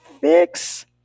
fix